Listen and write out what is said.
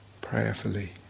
prayerfully